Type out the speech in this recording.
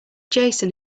jason